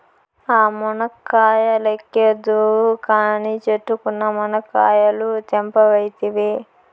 ఆ మునక్కాయ లెక్కేద్దువు కానీ, చెట్టుకున్న మునకాయలు తెంపవైతివే